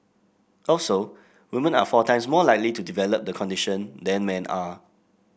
also woman are four times more likely to develop the condition than men are